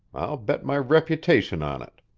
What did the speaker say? i'll bet my reputation on it.